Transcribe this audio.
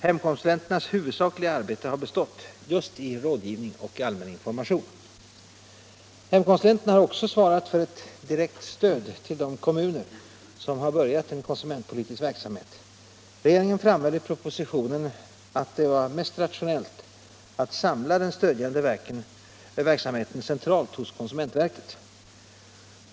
Hemkonsulenternas huvudsakliga arbete har bestått just i rådgivning och allmän information. Hemkonsulenterna har också svarat för ett direkt stöd till de kommuner som börjat en konsumentpolitisk verksamhet. Regeringen framhöll i propositionen att det var mest rationellt att samla den stödjande verksamheten centralt hos konsumentverket.